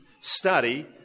study